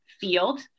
field